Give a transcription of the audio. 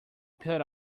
put